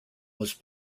was